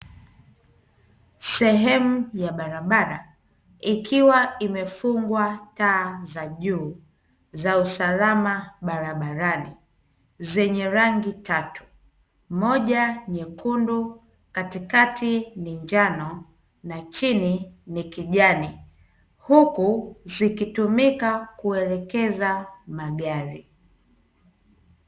Sehemu ya barabara, ikiwa imefungwa taa za juu za usalama barabarani, zenye rangi tatu, moja nyekundu, katikati ni njano na chini ni kijani. Huku zikitumika, kuelekeza magari.